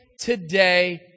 today